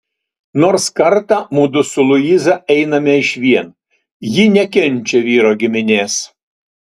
nors kartą mudu su luiza einame išvien ji nekenčia vyro giminės